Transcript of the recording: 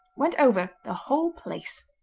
went over the whole place.